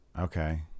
Okay